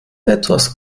etwas